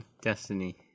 Destiny